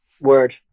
Word